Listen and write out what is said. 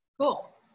Cool